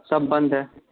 سب بند ہے